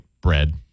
bread